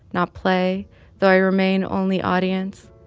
not play though i remain only audience.